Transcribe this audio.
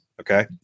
Okay